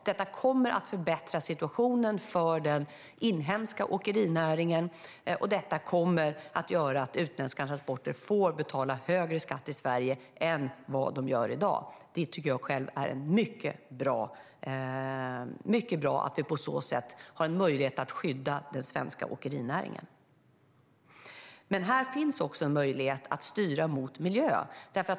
Det kommer att förbättra situationen för den inhemska åkerinäringen och kommer att göra att utländska transportörer får betala högre skatt i Sverige än vad de gör i dag. Jag tycker själv att det är mycket bra att vi på så sätt har en möjlighet att skydda den svenska åkerinäringen. Här finns också en möjlighet att styra mot miljö.